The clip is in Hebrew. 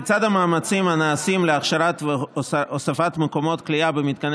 לצד המאמצים הנעשים להכשרה והוספה של מקומות כליאה במתקני